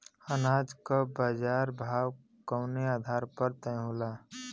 अनाज क बाजार भाव कवने आधार पर तय होला?